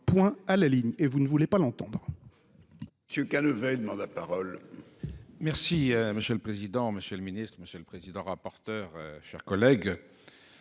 point à la ligne ! Et vous ne voulez pas l'entendre.